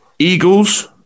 Eagles